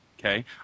okay